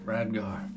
Radgar